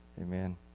amen